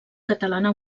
catalana